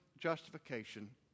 justification